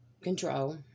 control